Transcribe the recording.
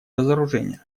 разоружению